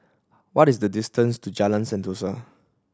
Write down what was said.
what is the distance to Jalan Sentosa